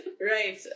Right